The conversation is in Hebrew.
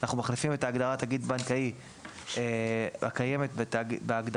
אנחנו מחליפים את הגדרת תאגיד בנקאי הקיימת בהגדרה